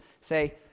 say